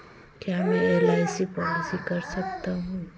क्या मैं LIC policy कर सकता हूं?